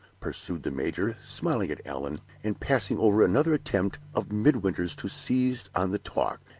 pursued the major, smiling at allan, and passing over another attempt of midwinter's to seize on the talk,